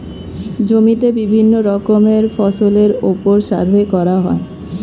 জমিতে বিভিন্ন রকমের ফসলের উপর সার্ভে করা হয়